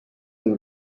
and